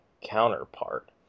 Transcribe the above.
counterpart